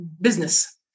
business